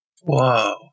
Whoa